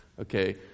Okay